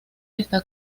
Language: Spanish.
está